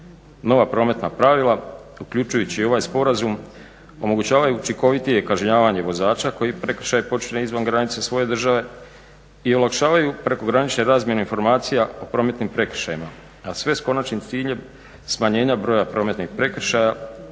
Nova prometna pravila uključujući i ovaj Sporazum omogućavaju učinkovitije kažnjavanje vozača koji prekršaj počine izvan granica svoje države i olakšavaju prekogranične razmjene informacija o prometnim prekršajima a sve s konačnim ciljem smanjenja broja prometnih prekršaja,